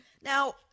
Now